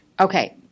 Okay